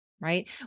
right